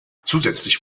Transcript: zusätzlich